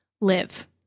live